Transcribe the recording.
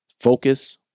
Focus